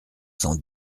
cent